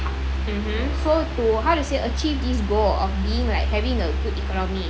mmhmm so to how to say achieve this goal of being like having a good economy